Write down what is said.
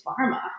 pharma